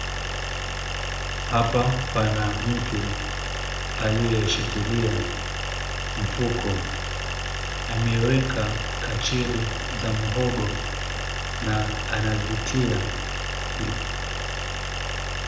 Hapa pana mtu aliyeshikilia mfuko. Ameweka kachiri za muhogo na anazitia pilipili.